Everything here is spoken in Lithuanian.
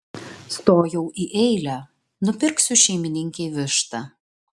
stojau į eilę nupirksiu šeimininkei vištą